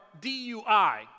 DUI